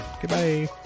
Goodbye